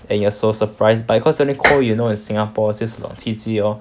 and you are so surprised but cause turning cold in singapore 就是冷天气 lor